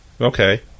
Okay